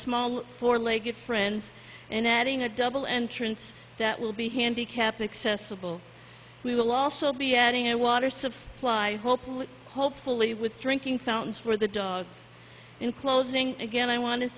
small four legged friends and adding a double entrance that will be handicapped accessible we will also be adding a water supply hopefully with drinking fountains for the dogs in closing again i want to